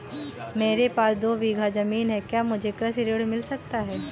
मेरे पास दो बीघा ज़मीन है क्या मुझे कृषि ऋण मिल सकता है?